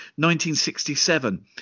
1967